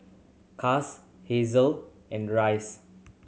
Cas Hazelle and Reyes